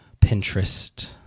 Pinterest